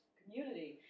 community